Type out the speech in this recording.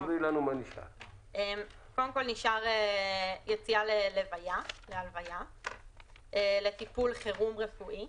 נשאר יציאה ללוייה, לטיפול חירום רפואי.